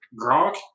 Gronk